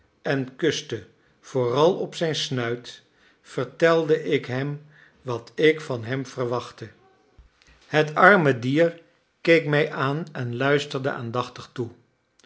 en kuste vooral op zijn snuit vertelde ik hem wat ik van hem verwachtte het arme dier keek mij aan en luisterde aandachtig toe